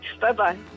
Bye-bye